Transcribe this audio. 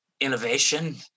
innovation